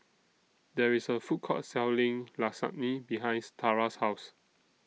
There IS A Food Court Selling Lasagne behinds Tarah's House